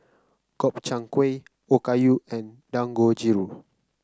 Gobchang Gui Okayu and Dangojiru